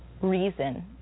reason